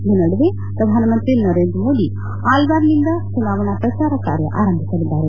ಈ ನಡುವೆ ಪ್ರಧಾನಮಂತ್ರ ನರೇಂದ್ರ ಮೋದಿ ಆಲ್ಲಾರ್ನಿಂದ ಚುನಾವಣಾ ಪ್ರಚಾರ ಕಾರ್ಯ ಆರಂಭಿಸಲಿದ್ದಾರೆ